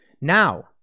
Now